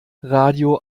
radio